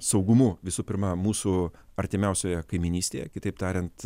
saugumu visų pirma mūsų artimiausioje kaimynystėje kitaip tariant